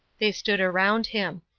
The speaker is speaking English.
they stood around him.